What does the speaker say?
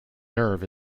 nerve